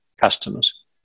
customers